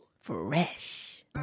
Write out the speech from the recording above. Fresh